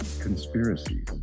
conspiracies